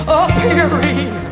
appearing